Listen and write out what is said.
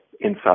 inside